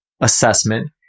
assessment